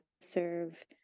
serve